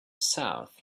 south